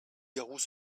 garous